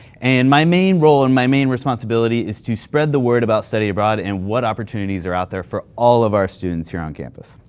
and my main role and my main responsibility is to spread the word about study abroad and what opportunities are out there for all of our students here on campus.